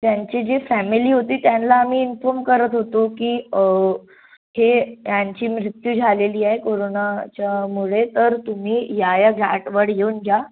त्यांची जी फॅमिली होती त्यांला आम्ही इन्फॉर्म करत होतो की हे ह्यांची मृत्यू झालेली आहे कोरोनाच्यामुळे तर तुम्ही या या घाटवर येऊन जा